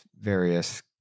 various